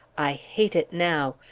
i hate it now!